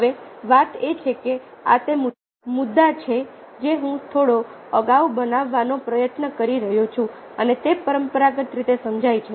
હવે વાત એ છે કે આ તે મુદ્દા છે જે હું થોડો અગાઉ બનાવવાનો પ્રયત્ન કરી રહ્યો છું અને તે પરંપરાગત રીતે સમજાય છે